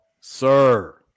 sir